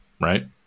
right